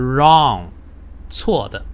Wrong,错的